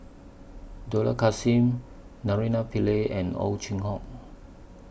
Dollah Kassim Naraina Pillai and Ow Chin Hock